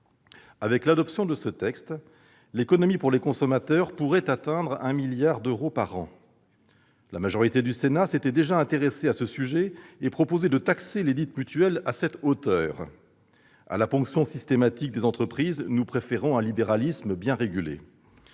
Avec l'adoption de ce texte, l'économie pour les consommateurs pourrait atteindre 1 milliard d'euros par an. La majorité du Sénat s'était déjà intéressée à ce sujet et proposait de taxer lesdites mutuelles à cette hauteur. Tout à fait ! À la ponction systématique des entreprises, nous préférons un libéralisme bien régulé.